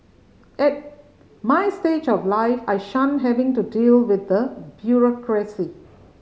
at my stage of life I shun having to deal with the bureaucracy